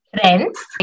Friends